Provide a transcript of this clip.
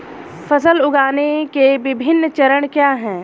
फसल उगाने के विभिन्न चरण क्या हैं?